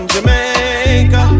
Jamaica